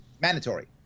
mandatory